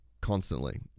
constantly